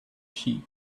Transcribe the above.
sheep